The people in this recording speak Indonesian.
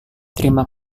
terima